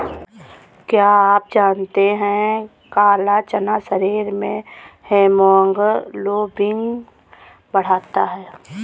क्या आप जानते है काला चना शरीर में हीमोग्लोबिन बढ़ाता है?